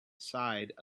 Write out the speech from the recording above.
side